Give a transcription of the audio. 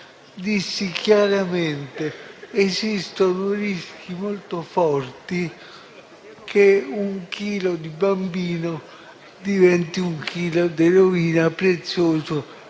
dissi chiaramente: esistono rischi molto forti che "un chilo di bambino" diventi un chilo di eroina prezioso